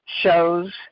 shows